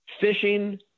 fishing